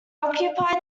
occupied